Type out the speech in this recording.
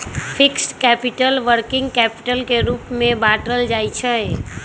fixed capital, working capital के रूप में बाटल जाइ छइ